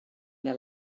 neu